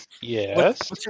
Yes